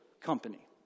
company